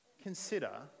consider